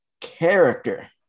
character